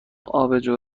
آبجو